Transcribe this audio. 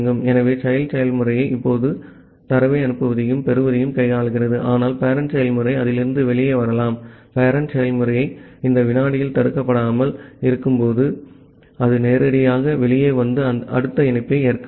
ஆகவே child செயல்முறை இப்போது தரவை அனுப்புவதையும் பெறுவதையும் கையாள்கிறது ஆனால் பேரெண்ட் செயல்முறை அதிலிருந்து வெளியே வரலாம் பேரெண்ட் செயல்முறை இந்த வினாடியில் தடுக்கப்படாமல் இருக்கும்போது அது நேரடியாக வெளியே வந்து அடுத்த இணைப்பை ஏற்கலாம்